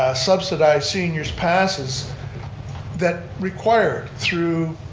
ah subsidize seniors passes that required through